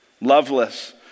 loveless